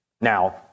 Now